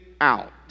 out